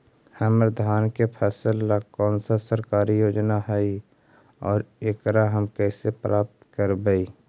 हमर धान के फ़सल ला कौन सा सरकारी योजना हई और एकरा हम कैसे प्राप्त करबई?